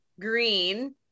green